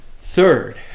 Third